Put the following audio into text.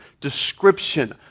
description